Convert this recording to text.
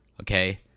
okay